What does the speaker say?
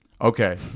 Okay